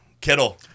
Kittle